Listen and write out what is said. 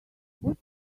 what